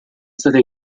stata